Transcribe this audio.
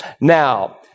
Now